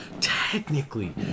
technically